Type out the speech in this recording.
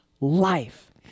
Life